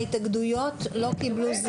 יהודית, משרד